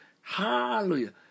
Hallelujah